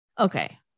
Okay